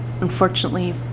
unfortunately